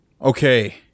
okay